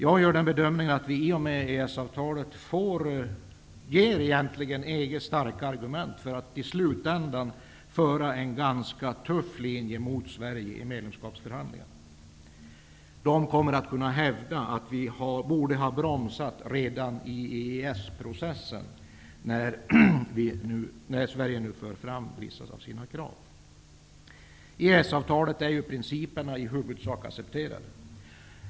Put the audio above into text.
Jag gör bedömningen att vi genom EES-avtalet egentligen ger EG starka argument för att i slutänden föra en ganska tuff linje gentemot Sverige för fram vissa krav kommer man att kunna hävda att Sverige borde ha bromsat redan i EES I EES-avtalet är ju principerna i huvudsak accepterade.